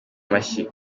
amashyi